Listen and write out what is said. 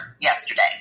yesterday